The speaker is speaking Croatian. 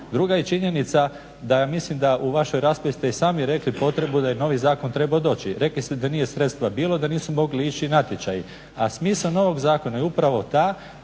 Druga je činjenica da mislim da u vašoj raspravi ste i sami rekli potrebu da je novi zakon trebao doći. Rekli ste da nije sredstava bilo, da nisu mogli ići natječaji. A smisao novog zakona je upravo taj